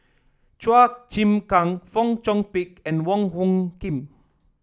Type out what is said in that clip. Chua Chim Kang Fong Chong Pik and Wong Hung Khim